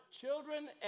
children